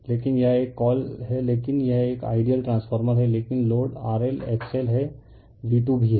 लेकिन यह एक कॉल है लेकिन यह एक आइडियल ट्रांसफार्मर है लेकिन load R L X L है V2 भी है